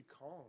calm